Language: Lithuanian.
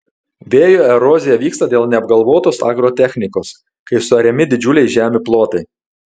vėjo erozija vyksta dėl neapgalvotos agrotechnikos kai suariami didžiuliai žemių plotai